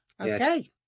Okay